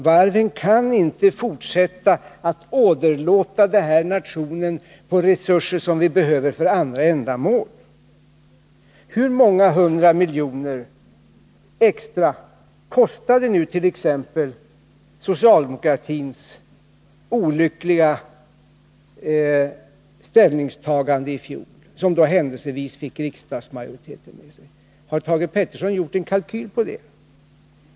Varven kan inte fortsätta att åderlåta den här nationen på resurser som vi behöver för andra ändamål. Hur många hundra miljoner extra kostar nu t.ex. socialdemokratins olyckliga ställningstagande i fjol, som då händelsevis fick riksdagsmajoriteten med sig? Har Thage Peterson gjort någon kalkyl på det?